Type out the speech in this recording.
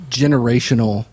generational